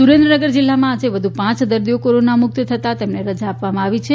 સુરેન્દ્રનગર જિલ્લામાં આજે વધુ પાંચ દર્દીઓને કોરોના મુક્ત થતા રજા આપવામાં આવી છે